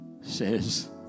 says